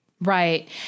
Right